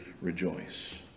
rejoice